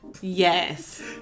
Yes